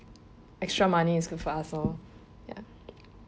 extra money is good for us lor ya